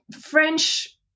French